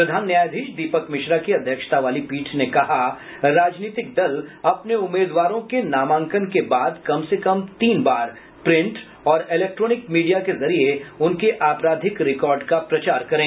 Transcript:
प्रधान न्यायाधीश दीपक मिश्रा की अध्यक्षता वाली पीठ ने कहा राजनीतिक दल अपने उम्मीदवारों के नामांकन के बाद कम से कम तीन बार प्रिंट और इलेक्ट्रॉनिक मीडिया के जरिए उनके आपराधिक रिकॉर्ड का प्रचार करें